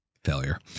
Failure